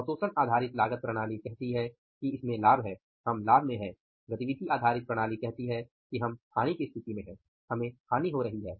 अवशोषण आधारित लागत प्रणाली कहती है कि हम लाभ में हैं गतिविधि आधारित प्रणाली कहती है कि हम हानि की स्थिति में हैं